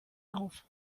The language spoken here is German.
auf